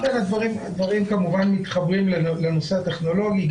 הדברים כמובן מתחברים לנושא הטכנולוגי.